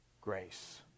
grace